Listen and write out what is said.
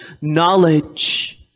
knowledge